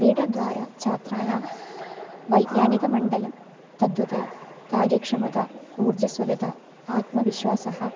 क्रीडाद्वारा छात्राणां वैज्ञानिकमण्डलं तद्वत् कार्यक्षमता ऊर्जस्वलता आत्मविश्वासः